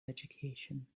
education